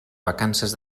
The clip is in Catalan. vacances